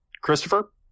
Christopher